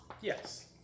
Yes